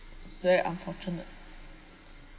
it's very unfortunate